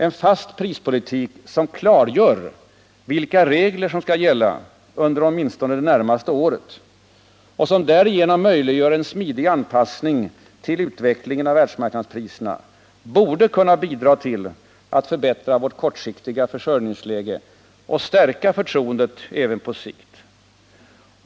En fast prispolitik som klargör vilka regler som skall gälla under åtminstone det närmaste året och som därigenom möjliggör en smidig anpassning till utvecklingen av världsmarknadspriserna borde kunna bidra till att förbättra vårt kortsiktiga försörjningsläge och stärka förtroendet även på sikt.